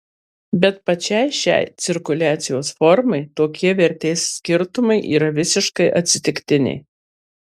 bet pačiai šiai cirkuliacijos formai tokie vertės skirtumai yra visiškai atsitiktiniai